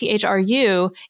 thru